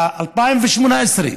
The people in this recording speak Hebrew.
ב-2018,